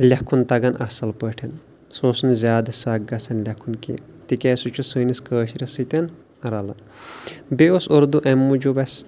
لٮ۪کھُن تَگان اَصٕل پٲٹھۍ سُہ اوس نہٕ زیادٕ سَکھ گژھان لٮ۪کھُن کیٚنٛہہ تِکیٛازِ سُہ چھُ سٲنِس کٲشرِس سۭتۍ رَلان بیٚیہِ اوس اُردو اَمہِ موٗجوٗب اَسہِ